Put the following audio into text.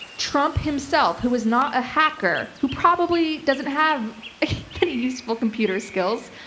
trump himself who was not a hacker, who probably doesn't have any useful computer skills.